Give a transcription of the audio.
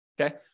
Okay